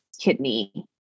kidney